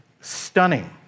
stunning